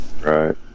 right